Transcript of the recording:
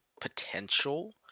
potential